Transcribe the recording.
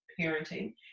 parenting